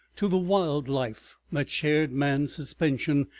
to the wild life that shared man's suspension,